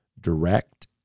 direct